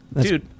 Dude